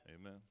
Amen